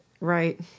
right